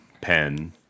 Pen